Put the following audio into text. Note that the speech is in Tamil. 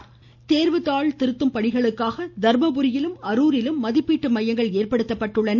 தர்மபுரி தேர்வு தாள் திருத்தும் பணிகளுக்காக தர்மபுரியிலும் அருரிலும்மதிப்பீட்டு மையங்கள் ஏற்படுத்தப்பட்டுள்ளன